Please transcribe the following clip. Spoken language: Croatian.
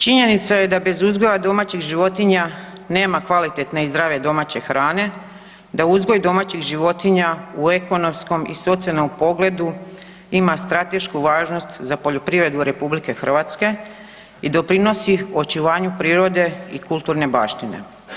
Činjenica je da bez uzgoja domaćih životinja nema kvalitetne i zdrave domaće hrane, da uzgoj domaćih životinja u ekonomskom i socijalnom pogledu ima stratešku važnost za poljoprivredu RH i doprinosi očuvanju prirode i kulturne baštine.